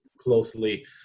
closely